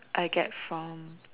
I get from